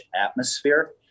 atmosphere